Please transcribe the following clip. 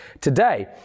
today